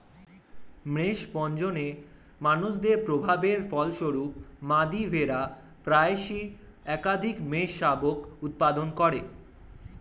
মেষ প্রজননে মানুষের প্রভাবের ফলস্বরূপ, মাদী ভেড়া প্রায়শই একাধিক মেষশাবক উৎপাদন করে